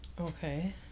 Okay